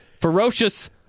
Ferocious